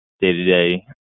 Day-to-day